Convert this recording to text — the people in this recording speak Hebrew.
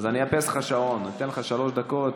אני אאפס את השעון, אתן לך שלוש דקות,